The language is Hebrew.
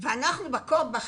אנחנו נותנים את